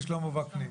מי זה שלמה ועקנין?